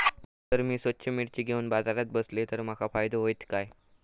जर मी स्वतः मिर्ची घेवून बाजारात बसलय तर माका फायदो होयत काय?